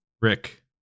Rick